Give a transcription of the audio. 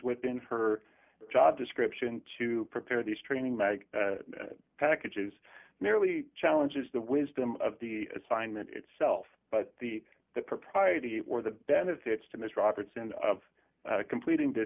within her job description to prepare these training mag packages merely challenges the wisdom of the assignment itself but the the propriety or the benefits to miss robertson of completing th